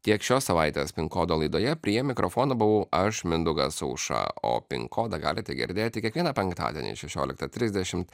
tiek šios savaitės pin kodo laidoje prie mikrofono buvau aš mindaugas aušra o pin kodą galite girdėti kiekvieną penktadienį šešioliktą trisdešim